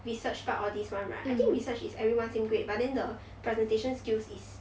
research part all this [one] right I think research is everyone same grade but then the presentation skills is